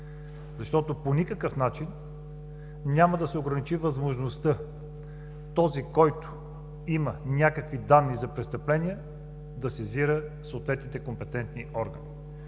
Защото по никакъв начин няма да се ограничи възможността този, който има някакви данни за престъпление, да сезира съответните компетентни органи.